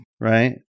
right